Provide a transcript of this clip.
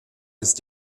ist